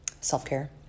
self-care